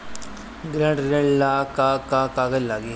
गृह ऋण ला का का कागज लागी?